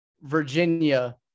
Virginia